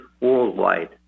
worldwide